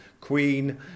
Queen